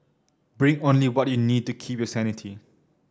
bring only what you need to keep your sanity